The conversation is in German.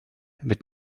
mit